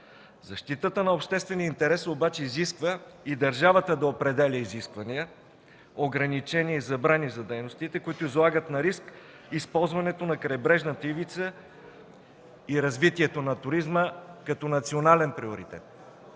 Защитата на обществения интерес обаче изисква и държавата да определя изисквания, ограничения и забрани за дейностите, които излагат на риск използването на крайбрежната ивица и развитието на туризма като национален приоритет.